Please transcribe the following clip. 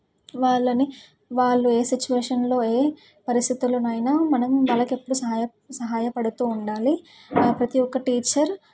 వాళ్ళని వాళ్ళు ఏ సిచ్యువేషన్లో ఏ పరిస్థితులోనైనా మనం వాళ్ళకి ఎప్పుడు సహాయ సహాయ పడుతూ ఉండాలి ప్రతీ ఒక్క టీచర్